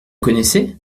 connaissez